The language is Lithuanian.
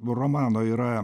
romano yra